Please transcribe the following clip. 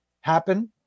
Happen